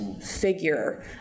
figure